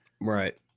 right